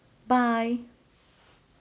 bye